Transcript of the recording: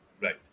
right